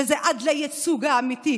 וזה עד לייצוג האמיתי?